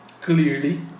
clearly